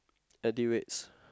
L_D reds